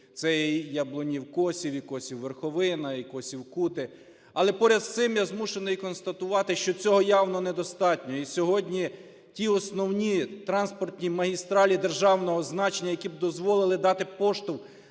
це іЯблунів – Косів, і Косів – Верховина, і Косів – Кути. Але, поряд з цим, я змушений констатувати, що цього явно недостатньо. І сьогодні ті основні транспортні магістралі державного значення, які б дозволили дати поштовх